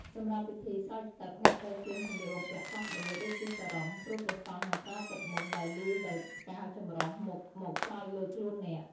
សម្រាប់ពិធីស្រោចទឹក អ្នកត្រូវត្រៀមសម្លៀកបំពាក់ផ្លាស់ប្តូរ ដូចជាសារុង ព្រោះព្រះសង្ឃនឹងប្រើទឹកមន្តដែលលាយដោយផ្កាចម្រុះមុខមកស្រោចលើខ្លួនអ្នក។